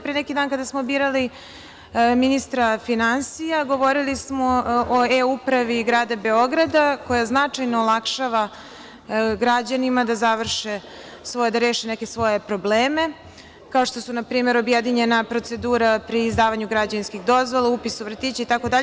Pre neki dan, kada smo birali ministra finansija, govorili smo o e-upravi grada Beograda koja značajno olakšava građanima da reše neke svoje probleme, kao što su, na primer, objedinjena procedura pri izdavanju građevinskih dozvola, upis u vrtiće itd.